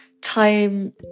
time